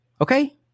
Okay